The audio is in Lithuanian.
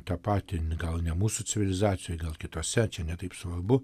tą patį gal ne mūsų civilizacijoj gal kitose čia ne taip svarbu